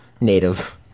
native